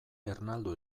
ernaldu